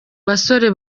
basore